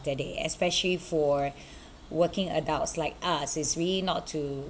the day especially for working adults like us it's really not to